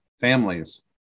families